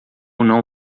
não